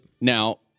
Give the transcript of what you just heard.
Now